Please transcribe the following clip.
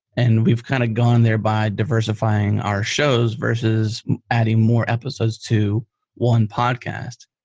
and we've kind of gone there by diversifying our shows versus adding more episodes to one podcast.